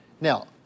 Now